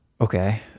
Okay